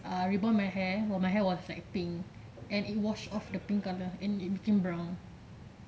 I rebond my hair when my hair was pink and it wash of the pink colour and it became brown